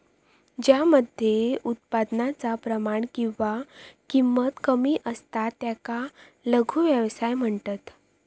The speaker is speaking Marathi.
ज्या मध्ये उत्पादनाचा प्रमाण किंवा किंमत कमी असता त्याका लघु व्यवसाय म्हणतत